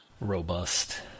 Robust